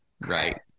Right